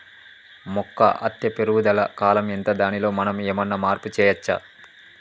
మొక్క అత్తే పెరుగుదల కాలం ఎంత దానిలో మనం ఏమన్నా మార్పు చేయచ్చా?